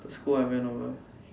I went over